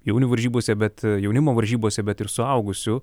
jaunių varžybose bet jaunimo varžybose bet ir suaugusių